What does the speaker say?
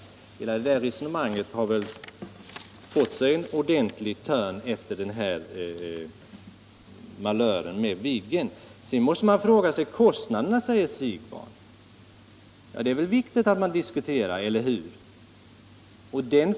Hela det där resonemanget har väl fått sig en ordentlig törn efter malören med Viggen. Sedan måste man också fråga vad flygplanen egentligen kostar. Det är ju en sak som är viktig att diskutera, eller hur?